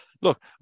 look